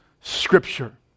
Scripture